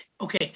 Okay